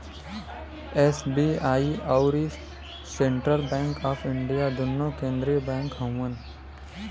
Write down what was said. SBI अउर central bank of India दुन्नो केन्द्रिय बैंक हउअन